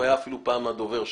הוא היה אפילו פעם הדובר שלי.